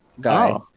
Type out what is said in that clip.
guy